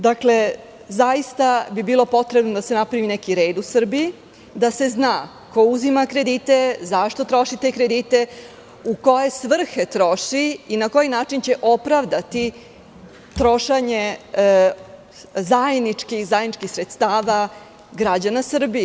Dakle, zaista bi bilo potrebno da se napravi neki red u Srbiji, da se zna ko uzima kredite, zašto troši te kredite, u koje svrhe troši i na koji način će opravdati trošenje zajedničkih sredstava građana Srbije.